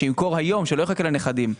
שימכור היום ולא יחכה לנכדים.